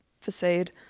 facade